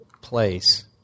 place